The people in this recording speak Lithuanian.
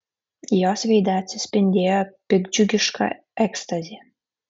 jos veide atsispindėjo piktdžiugiška ekstazė